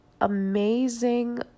amazing